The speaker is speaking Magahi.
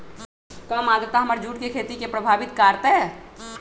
कम आद्रता हमर जुट के खेती के प्रभावित कारतै?